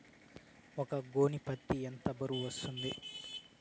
ఒక గోనె పత్తి ఎంత బరువు వస్తుంది?